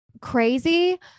crazy